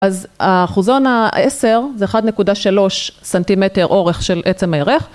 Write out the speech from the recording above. אז האחוזון ה-10, זה 1.3 סנטימטר אורך של עצם הירך.